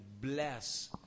bless